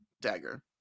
Dagger